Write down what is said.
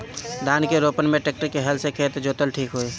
धान के रोपन मे ट्रेक्टर से की हल से खेत जोतल ठीक होई?